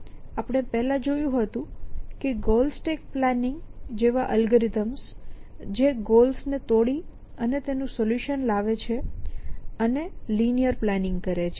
આપણે પહેલાં જોયું હતું કે ગોલ સ્ટેક પ્લાનિંગ જેવા અલ્ગોરિધમ્સ જે ગોલ્સ ને તોડી ને તેનું સોલ્યુશન લાવે છે અને લિનીઅર પ્લાનિંગ કરે છે